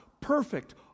perfect